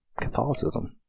catholicism